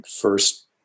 first